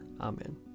Amen